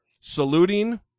saluting